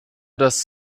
does